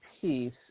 piece